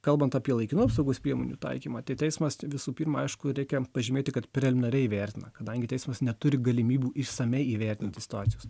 kalbant apie laikinų apsaugos priemonių taikymą tai teismas visų pirma aišku reikia pažymėti kad preliminariai vertina kadangi teismas neturi galimybių išsamiai įvertinti situacijos